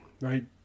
right